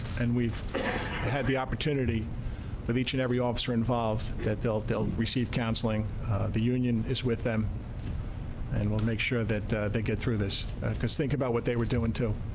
and we've had the opportunity with each and every officer involved that they'll phil receive counseling the union is with them and will make sure that they get through this because think about what they were doing to